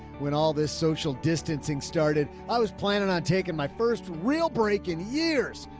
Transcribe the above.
when all this social distancing started, i was planning on taking my first real break in years.